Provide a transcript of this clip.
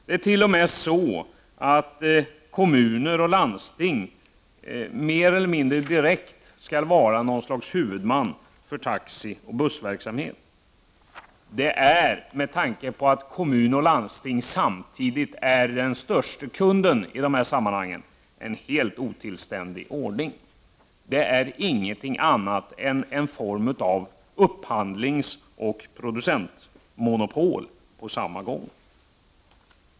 Man menar t.o.m. att kommuner och landsting mer eller mindre direkt skall vara huvudmän för taxioch bussverksamhet. Detta är med tanke på att kommuner och landsting samtidigt är de största kunderna i dessa sammanhang en helt otillständig ordning. Det är ingenting annat än en form av samtidigt upphandlingsoch producentmonopol.